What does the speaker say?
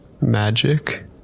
Magic